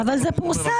אבל זה פורסם.